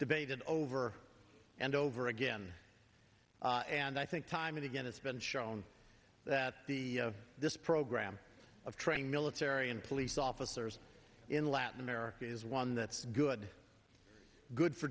debated over and over again and i think time and again it's been shown that the this program of training military and police officers in latin america is one that's good good for